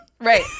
Right